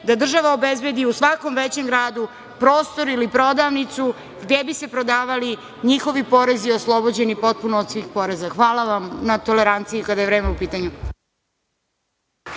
da država obezbedi u svakom većem gradu prostor ili prodavnicu gde bi se prodavali njihovi proizvodi oslobođeni potpuno od svih poreza. Hvala vam na toleranciji kada je vreme u pitanju.